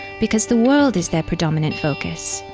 because the world is their predominant focus.